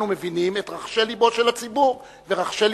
אנחנו מבינים את רחשי לבו של הציבור ואת רחשי